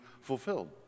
fulfilled